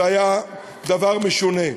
זה היה דבר משונה.